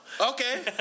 Okay